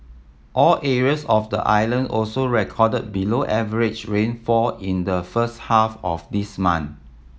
all areas of the island also recorded below average rainfall in the first half of this month